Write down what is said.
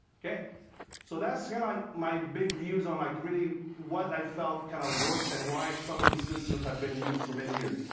so that's yeah like my big views on like really what i felt kind of worked, and why some of these systems have been used for many years.